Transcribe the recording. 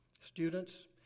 students